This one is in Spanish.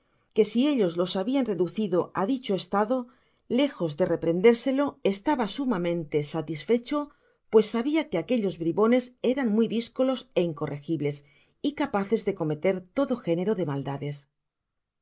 que si ellos los habian reducido á dicho estado lejos de reprendérselo estaba sumamente sa tisfecho pues sabia que aquellos bribones eran muy discolos é incorregibles y capaces de cometer todo género de maldades